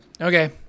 Okay